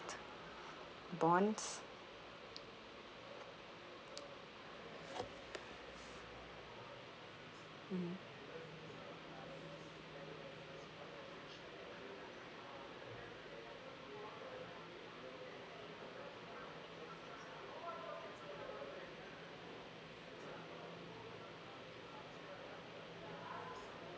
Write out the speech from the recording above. bonds mmhmm